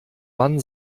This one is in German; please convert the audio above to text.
wann